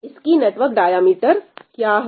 इसकी network diameter क्या है